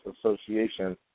association